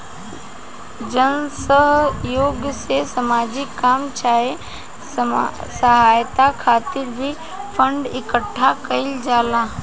जन सह योग से सामाजिक काम चाहे सहायता खातिर भी फंड इकट्ठा कईल जाला